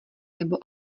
nebo